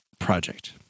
Project